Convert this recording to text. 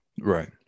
Right